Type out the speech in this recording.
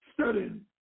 studying